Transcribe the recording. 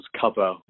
cover